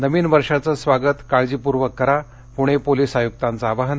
नवीन वर्षाचं स्वागत काळजीपूर्वक करा पूर्णे पोलिस आयुक्तांचं आवाहन